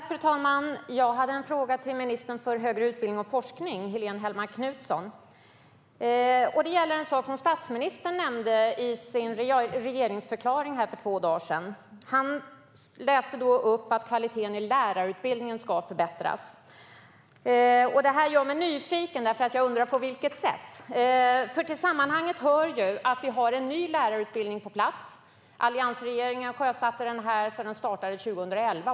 Fru talman! Jag har en fråga till ministern för högre utbildning och forskning Helene Hellmark Knutsson. Det gäller en sak som statsministern nämnde i sin regeringsförklaring för två dagar sedan. Han läste då upp att kvaliteten i lärarutbildningen ska förbättras. Det här gör mig nyfiken. På vilket sätt? Till sammanhanget hör att det finns en ny lärarutbildning på plats. Alliansregeringen sjösatte utbildningen 2011.